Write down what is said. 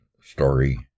story